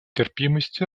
терпимость